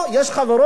יש חברות,